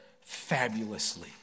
fabulously